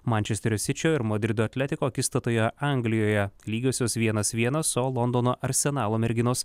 mančesterio sičio ir madrido atletiko akistatoje anglijoje lygiosios vienas vienas o londono arsenalo merginos